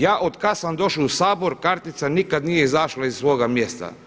Ja od kada sam došao u Sabor kartica nikad nije izašla iz svoga mjesta.